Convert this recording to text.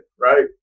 right